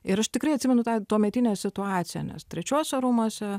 ir aš tikrai atsimenu tą tuometinę situaciją nes trečiuose rūmuose